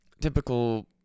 typical